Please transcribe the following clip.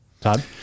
Todd